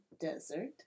Desert